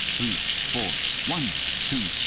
three four! one two,